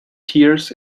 tears